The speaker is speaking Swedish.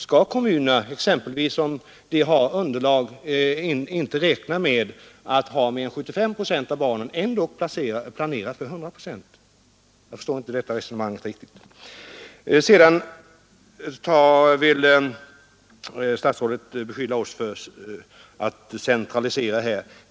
Skall exempelvis en kommun som inte räknar med att mer än 75 procent av barnen ingår i dess underlag ändå planera för 100 procent? Jag förstår inte riktigt det resonemanget. Statsrådet beskyller oss för att vilja centralisera.